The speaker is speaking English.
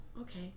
okay